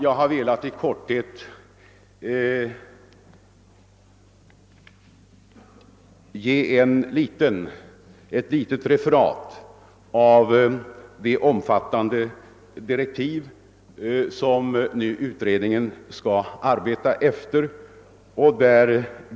Jag har velat i korthet lämna ett litet referat av de omfattande direktiv som utredningen nu skall arbeta efter.